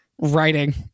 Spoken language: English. writing